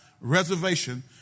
reservation